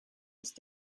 ist